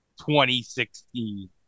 2016